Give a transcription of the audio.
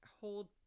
hold